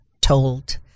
told